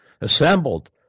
assembled